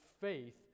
faith